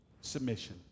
submission